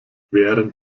während